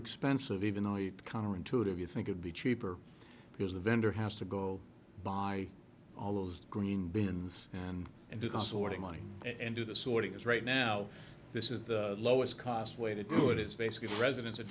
expensive even though it counter intuitive you think would be cheaper because the vendor has to go buy all those green bins and and do the sorting money and do the sorting is right now this is the lowest cost way to do it it's basically residents